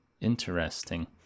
Interesting